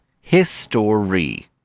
History